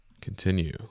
continue